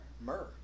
myrrh